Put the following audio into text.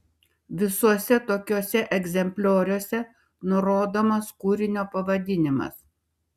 visuose tokiuose egzemplioriuose nurodomas kūrinio pavadinimas